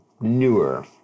newer